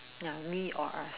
ya me or us